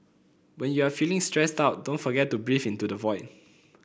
when you are feeling stressed out don't forget to breathe into the void